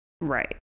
right